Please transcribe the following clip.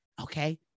Okay